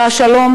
ושלום,